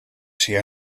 she